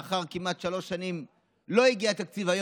לאחר כמעט שלוש שנים שבהן לא היה תקציב,